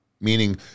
meaning